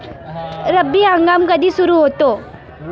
रब्बी हंगाम कधी सुरू होतो?